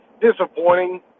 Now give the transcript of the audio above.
Disappointing